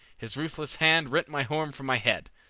his ruthless hand rent my horn from my head.